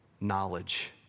knowledge